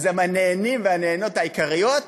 הם הנהנים והנהנות העיקריים,